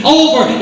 over